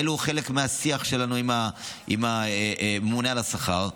זה חלק מהשיח שלנו עם הממונה על השכר,